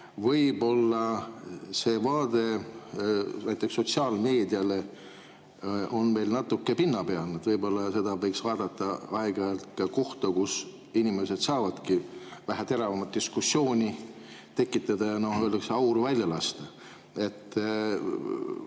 võib-olla see vaade sotsiaalmeediale on meil natuke pinnapealne. Võib-olla seda võiks vaadata kui kohta, kus inimesed saavad aeg-ajalt vähe teravamat diskussiooni tekitada ja, nagu öeldakse, auru välja lasta,